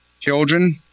Children